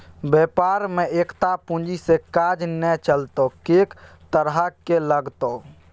बेपार मे एकटा पूंजी सँ काज नै चलतौ कैक तरहक लागतौ